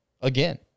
again